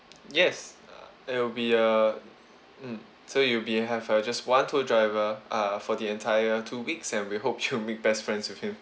yes uh it will be err mm so you'll be have uh just one tour driver err for the entire two weeks and we hope you make best friends with him